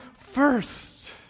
first